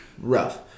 rough